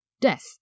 death